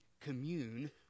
commune